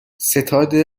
ستاد